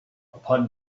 upon